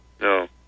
No